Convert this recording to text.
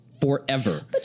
Forever